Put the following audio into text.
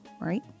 right